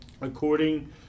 according